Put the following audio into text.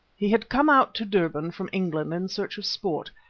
he had come out to durban from england in search of sport.